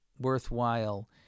worthwhile